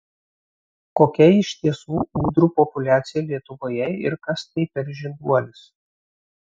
kokia iš tiesų ūdrų populiacija lietuvoje ir kas tai per žinduolis